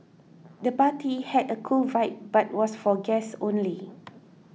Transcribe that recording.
the party had a cool vibe but was for guests only